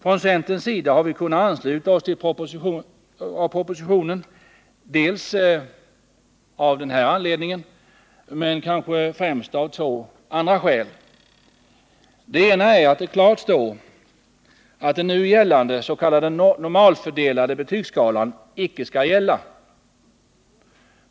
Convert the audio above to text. Från centerns sida har vi kunnat ansluta oss till propositionen — bl.a. av det skäl jag nyss berört, men kanske främst av två andra skäl. Det ena är att det klart står att den s.k. normalfördelade betygskalan inte skall gälla.